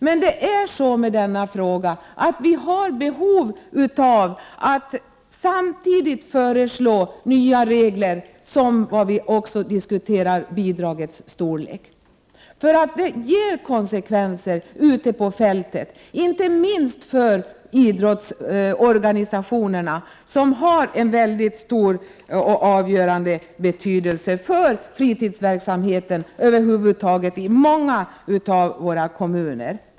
Men vi har behov av att samtidigt diskutera förslag till nya regler för bidraget och bidragets storlek. Detta får nämligen konsekvenser ute på fältet, inte minst för idrottsorganisationerna, som har en mycket stor och avgörande betydelse för fritidsverksamheten över huvud taget i många kommuner.